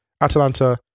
Atalanta